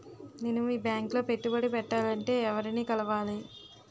నేను మీ బ్యాంక్ లో పెట్టుబడి పెట్టాలంటే ఎవరిని కలవాలి?